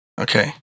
Okay